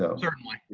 ah certainly.